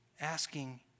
asking